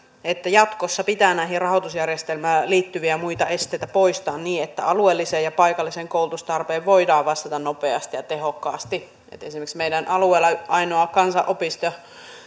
että jatkossa pitää rahoitusjärjestelmään liittyviä ja muita esteitä poistaa niin että alueelliseen ja paikalliseen koulutustarpeeseen voidaan vastata nopeasti ja tehokkaasti esimerkiksi meidän maakunnan ainoa kansanopisto